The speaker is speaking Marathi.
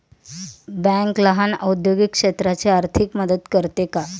बँक लहान औद्योगिक क्षेत्राची आर्थिक मदत करते का?